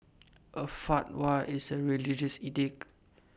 A fatwa is A religious edict